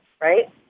right